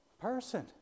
person